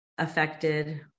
affected